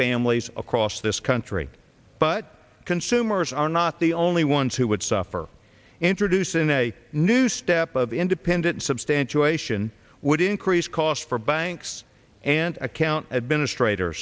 families across this country but consumers are not the only ones who would suffer introducing a new step of independent substantiation would increase costs for banks and account administrator